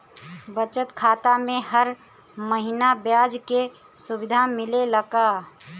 बचत खाता में हर महिना ब्याज के सुविधा मिलेला का?